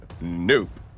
nope